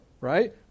right